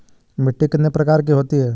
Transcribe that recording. मिट्टी कितने प्रकार की होती हैं?